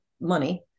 money